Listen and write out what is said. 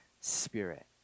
Spirit